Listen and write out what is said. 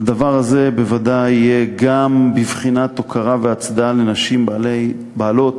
הדבר הזה בוודאי יהיה גם בבחינת הוקרה והצדעה לנשים בעלות